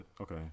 Okay